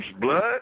blood